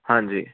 ਹਾਂਜੀ